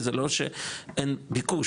זה לא שאין ביקוש,